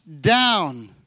down